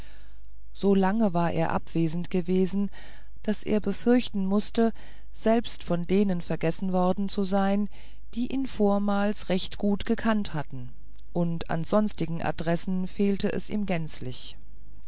lange war er abwesend gewesen daß er befürchten mußte selbst von denen vergessen worden zu sein die ihn vormals recht gut gekannt hatten und an sonstigen adressen fehlte es ihm gänzlich